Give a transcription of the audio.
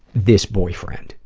this boyfriend,